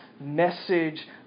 message